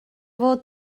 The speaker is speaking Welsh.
fod